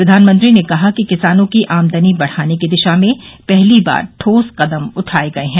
प्रधानमंत्री ने कहा कि किसानों की आमदनी बढ़ाने की दिशा में पहली बार ठोस कदम उठाये गये हैं